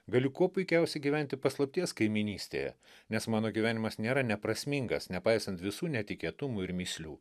galiu kuo puikiausiai gyventi paslapties kaimynystėje nes mano gyvenimas nėra neprasmingas nepaisant visų netikėtumų ir mįslių